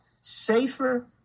safer